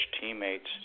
teammates